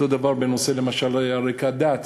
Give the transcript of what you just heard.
אותו הדבר בנושא על רקע דת,